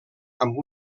amb